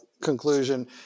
conclusion